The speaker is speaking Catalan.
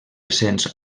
cents